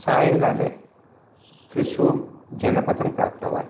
सायङ्काले त्रिशूरजनपदं प्राप्तवान्